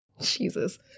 Jesus